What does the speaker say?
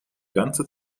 ganze